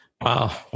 Wow